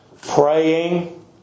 praying